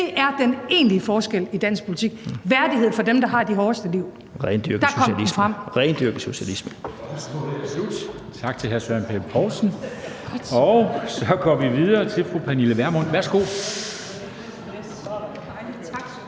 Det er den egentlige forskel i dansk politik: værdighed for dem, der har de hårdeste liv. Der kom det frem